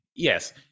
Yes